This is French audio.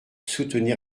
soutenir